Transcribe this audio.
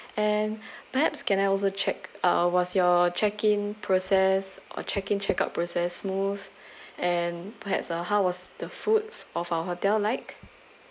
and perhaps can I also check uh was your check in process or check in check out process smooth and perhaps uh how was the food of our hotel like